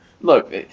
look